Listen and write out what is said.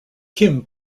kim